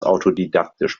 autodidaktisch